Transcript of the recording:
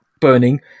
burning